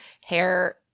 hair